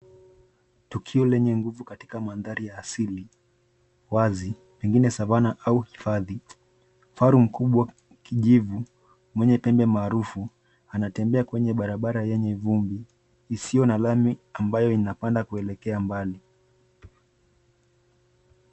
Tukio lenye nguvu katika madhari ya asili wazi pengine savana au hifadhi. Kifaru mkubwa wa kijivu mwenye pembe maarufu anatembea kwenye barabara yenye vumbi isiyo na lami ambayo ina panda kuelekea mbali.